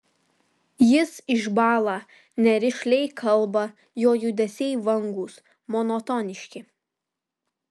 jis išbąla nerišliai kalba jo judesiai vangūs monotoniški